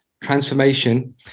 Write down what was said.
transformation